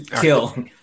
kill